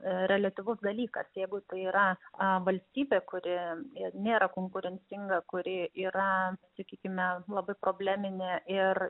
reliatyvus dalykas jeigu tai yra a valstybė kuri nėra konkurencinga kuri yra sakykime labai probleminė ir